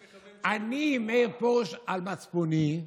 אני, מאיר פרוש, על מצפוני,